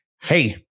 Hey